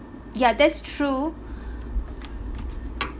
ya that's true